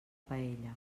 paella